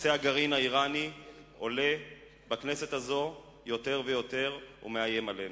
נושא הגרעין האירני עולה בכנסת הזאת יותר ויותר ומאיים עלינו.